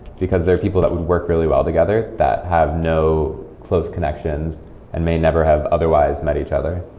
because there are people that would work really well together that have no close connections and may never have otherwise met each other